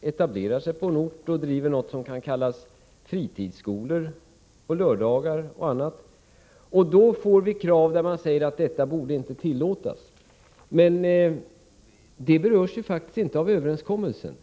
etablerat sig på en ort och driver något som kan kallas fritidsskolor på lördagar o. d. Då får vi höra kravet på att detta inte borde tillåtas. Men detta berörs inte av överenskommelsen.